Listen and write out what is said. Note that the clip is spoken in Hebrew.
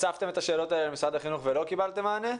האם הצפתם את השאלות האלו מול משרד החינוך ולא קיבלתם מענה?